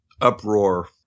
uproar